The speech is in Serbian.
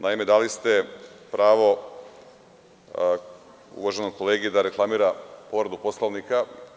Naime, dali ste pravo uvaženom kolegi da reklamira povredu Poslovnika.